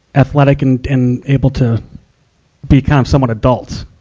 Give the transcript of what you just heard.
athletic and, and able to be kind of somewhat adults.